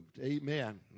Amen